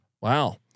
Wow